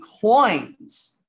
coins